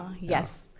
Yes